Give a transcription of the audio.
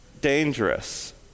dangerous